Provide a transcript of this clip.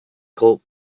called